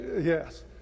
Yes